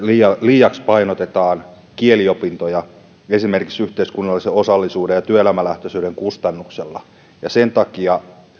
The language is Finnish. liiaksi painotetaan kieliopintoja esimerkiksi yhteiskunnallisen osallisuuden ja työelämälähtöisyyden kustannuksella ja sen takia